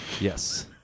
Yes